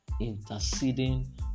interceding